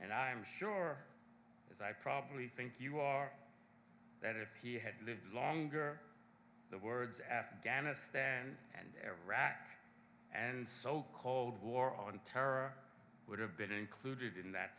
and i am sure as i probably think you are that if he had lived longer the words afghanistan and iraq and so called war on terror would have been included in that